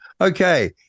okay